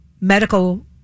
medical